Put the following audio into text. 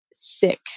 Sick